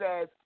says